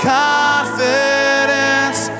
confidence